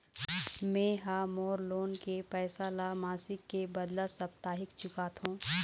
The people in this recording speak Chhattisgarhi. में ह मोर लोन के पैसा ला मासिक के बदला साप्ताहिक चुकाथों